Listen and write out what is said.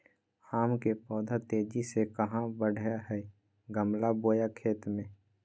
आम के पौधा तेजी से कहा बढ़य हैय गमला बोया खेत मे?